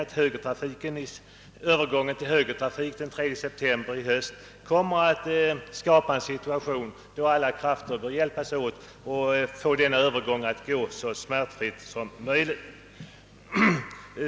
Utan tvekan kommer övergången till högertrafik i höst att skapa en situation, då alla krafter behöver hjälpas åt för att få övergången så smärtfri som möjligt.